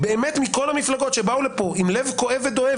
באמת מכל המפלגות שבאו לפה עם לב כואב ודואב,